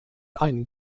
ein